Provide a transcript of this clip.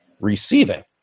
receiving